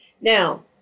Now